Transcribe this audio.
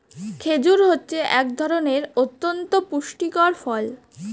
খেজুর হচ্ছে এক ধরনের অতন্ত পুষ্টিকর ফল